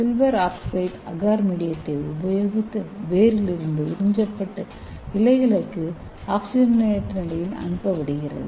Ag agar மீடியதை உபயோகித்து வேரில் இருந்து உறிஞ்சப்பட்டு இலைகளுக்கு ஆக்ஸிஜனேற்ற நிலையில் அனுப்பப்படுகின்றது